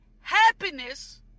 happiness